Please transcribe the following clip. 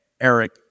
Eric